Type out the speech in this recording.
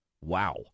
Wow